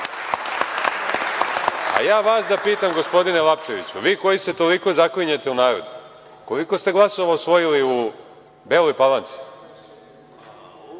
vas da pitam, gospodine Lapčeviću, vi koji se toliko zaklinjete u narod, koliko ste glasova osvojili u Beloj Palanci?